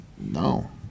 No